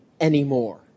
anymore